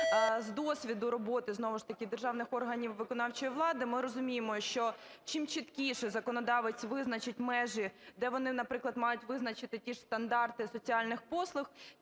з досвіду роботи знову ж таки державних органів виконавчої влади ми розуміємо, що, чим чіткіше законодавець визначить межі, де вони, наприклад, мають визначити ті ж стандарти соціальних послуг,